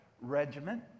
regiment